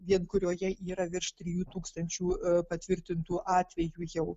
ir kurioje yra virš trijų tūkstančių patvirtintų atvejų jau